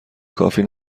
کافی